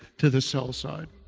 to the sell side,